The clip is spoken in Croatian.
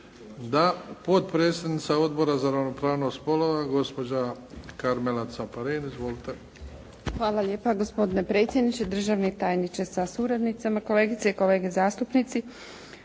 Da. Potpredsjednica Odbora za ravnopravnost spolova, gospođa Karmela Caparin. Izvolite. **Caparin, Karmela (HDZ)** Hvala lijepo gospodine predsjedniče, državni tajniče sa suradnicama, kolegice i kolege zastupnici.